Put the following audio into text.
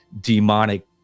demonic